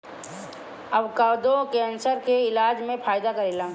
avocado cancer के इलाज में फायदा करेला